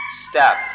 step